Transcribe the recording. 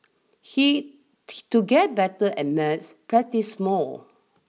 he to get better at maths practise more